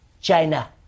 China